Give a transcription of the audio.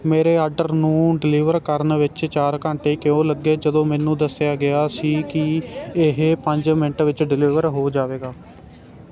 ਮੇਰੇ ਆਰਡਰ ਨੂੰ ਡਿਲੀਵਰ ਕਰਨ ਵਿੱਚ ਚਾਰ ਘੰਟੇ ਕਿਉਂ ਲੱਗੇ ਜਦੋਂ ਮੈਨੂੰ ਦੱਸਿਆ ਗਿਆ ਸੀ ਕਿ ਇਹ ਪੰਜ ਮਿੰਟ ਵਿੱਚ ਡਿਲੀਵਰ ਹੋ ਜਾਵੇਗਾ